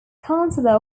councillor